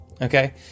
Okay